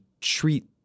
treat